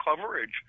coverage